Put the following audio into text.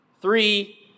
three